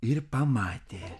ir pamatė